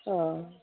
অঁ